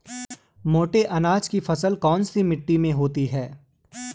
मोटे अनाज की फसल कौन सी मिट्टी में होती है?